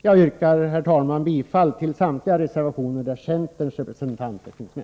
Jag yrkar, herr talman, bifall till samtliga reservationer där centerns representanter finns med.